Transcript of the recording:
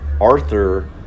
Arthur